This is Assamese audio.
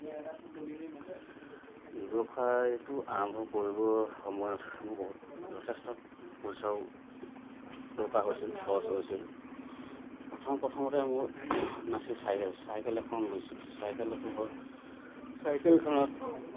ব্যৱসায়টো আৰম্ভ কৰিবৰ সময়ত মোৰ বহুত যথেষ্ট পইচাও দৰকাৰ হৈছিল খৰচ হৈছিল প্ৰথম প্ৰথমতে মোৰ নাছিল চাইকেল চাইকেল এখন লৈছিলো চাইকেলতো হয় চাইকেলখনত